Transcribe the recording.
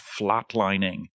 flatlining